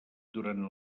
durant